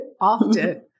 often